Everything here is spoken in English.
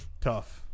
Tough